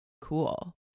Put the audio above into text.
cool